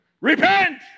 Repent